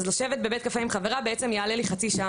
אז לשבת בבית קפה עם חברה בעצם יעלה לי חצי שעה